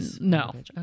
no